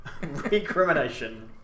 recrimination